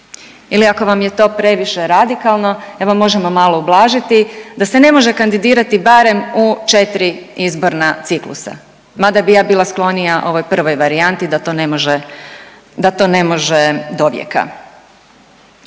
Ili ako vam je to previše radikalno evo možemo malo ublažiti, da se ne može kandidirati barem u četiri izborna ciklusa, mada bi ja bila sklonija ovoj prvoj varijanti da to ne može, da